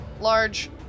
large